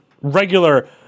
regular